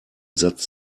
satz